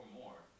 more